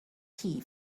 tea